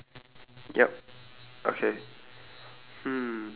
no mine is white and then there's like some grey grey stuff at the top